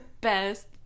best